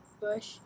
bush